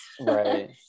right